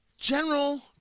General